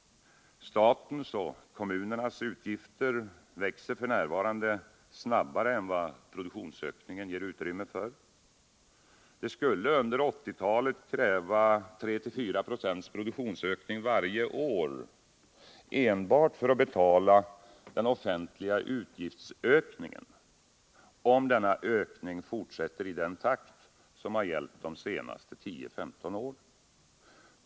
Statens och kommunernas utgifter växer f. n. snabbare än vad produktionsökningen ger utrymme för. Det skulle under 1980-talet kräva 3—4 96 produktionsökning varje år enbart för att betala den offentliga utgiftsökningen, om den fortsätter i den takt som gällt de senaste 10-15 åren.